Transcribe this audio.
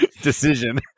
decision